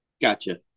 Gotcha